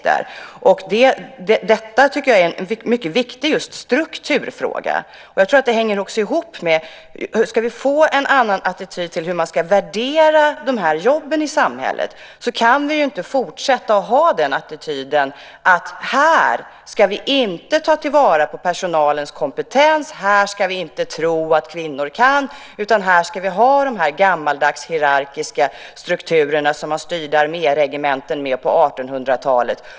Detta tycker jag är en mycket viktig just strukturfråga. Jag tror att det också hänger ihop med hur vi ska få en annan attityd till hur man ska värdera de här jobben i samhället. Vi kan inte fortsätta att ha attityden att här ska vi inte ta till vara personalens kompetens, här ska vi inte tro att kvinnor kan utan här ska vi ha de gammaldags hierarkiska strukturerna som man styrde arméregementen med på 1800-talet.